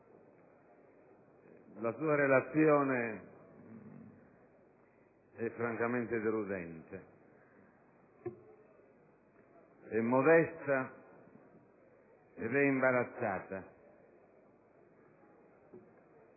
la sua Relazione è francamente deludente. È modesta ed è imbarazzata